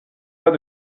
pas